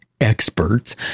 experts